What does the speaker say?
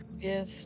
Yes